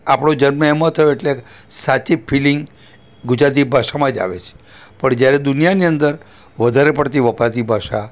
આપણો જન્મ એમાં થયો એટલે સાચી ફિલિંગ ગુજરાતી ભાષામાં જ આવે છે પણ જ્યારે દુનિયાની અંદર વધારે પડતી વપરાતી ભાષા